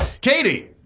Katie